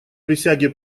присяге